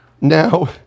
Now